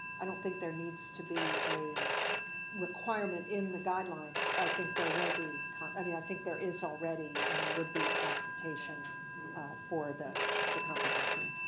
i don't think there needs to be a requirement in the guidelines. i think there will be. kind of i mean, i think there is already and would be consultation for the the composition.